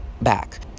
back